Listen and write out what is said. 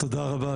תודה רבה,